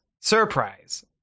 Surprise